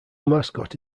mascot